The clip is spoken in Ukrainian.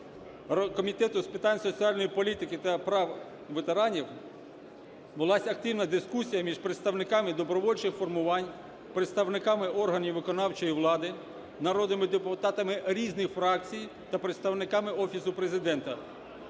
Комітету з питань соціальної політики та прав ветеранів велась активна дискусія між представниками добровольчих формувань, представниками органів виконавчої влади, народними депутатами різних фракцій та представниками Офісу Президента